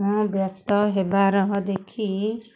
ମୁଁ ବ୍ୟସ୍ତ ହେବାର ଦେଖି